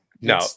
No